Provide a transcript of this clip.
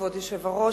כבוד היושב-ראש,